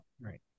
Right